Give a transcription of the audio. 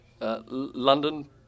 London